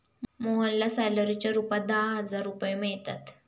मोहनला सॅलरीच्या रूपात दहा हजार रुपये मिळतात